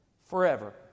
forever